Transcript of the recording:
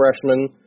freshman